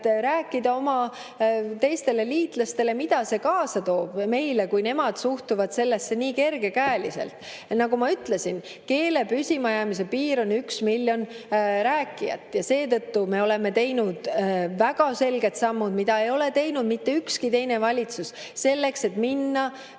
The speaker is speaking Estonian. rääkida oma teistele liitlastele, mida see kaasa toob meile, kui nemad suhtuvad sellesse nii kergekäeliselt. Nagu ma ütlesin, keele püsimajäämise piir on üks miljon rääkijat. Seetõttu me oleme [astunud] väga selged sammud, mida ei ole teinud mitte ükski teine valitsus, selleks et minna